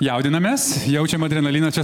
jaudinamės jaučiam adrenaliną čia